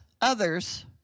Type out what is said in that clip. others